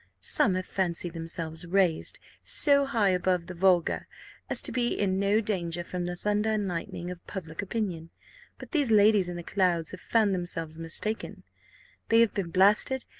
some have fancied themselves raised so high above the vulgar as to be in no danger from the thunder and lightning of public opinion but these ladies in the clouds have found themselves mistaken they have been blasted,